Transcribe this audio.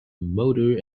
motor